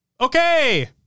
Okay